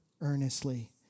earnestly